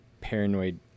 paranoid